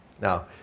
Now